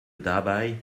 dabei